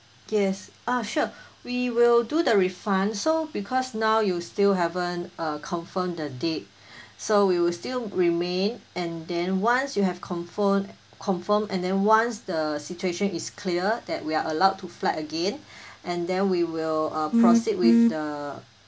yes ah sure we will do the refund so because now you still haven't uh confirmed the date so we will still remain and then once you have confirm confirm and then once the situation is clear that we are allowed to fly again and then we will uh proceed with the